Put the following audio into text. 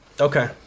Okay